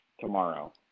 tomorrow